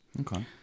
Okay